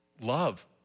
love